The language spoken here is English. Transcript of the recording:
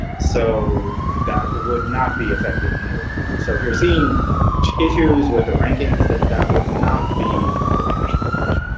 so that would not be affecting any ranking. so if you're seeing issues with the rankings, then that would not be from the cache page.